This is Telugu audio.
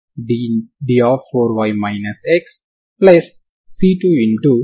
మీరు దీనిని ddtT2 ∞ux2dx గా వ్రాయగలరు